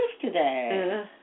today